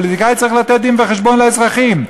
פוליטיקאי צריך לתת דין-וחשבון לאזרחים.